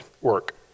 work